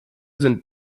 sind